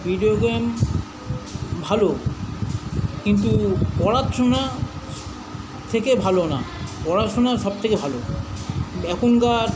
video game ভালো কিন্তু পড়াশুনার থেকে ভালো না পড়াশুনা সবথেকে ভালো এখনকার